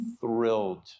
thrilled